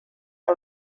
que